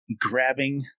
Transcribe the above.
grabbing